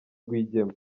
rwigema